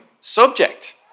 subject